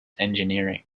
engineering